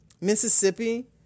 Mississippi